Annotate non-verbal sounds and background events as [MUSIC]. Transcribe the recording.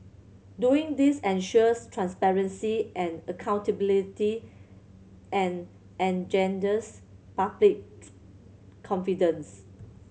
doing this ensures transparency and accountability and engenders public [UNINTELLIGIBLE] confidence